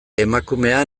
emakumea